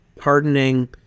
pardoning